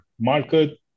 market